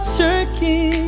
turkey